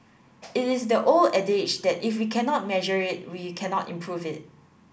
it is the old adage that if we cannot measure it we cannot improve it